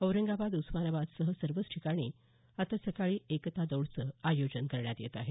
औरंगाबाद उस्मानाबादसह सर्वच ठिकाणी आत्ता सकाळी एकता दौडचं आयोजन करण्यात येत आहे